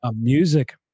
Music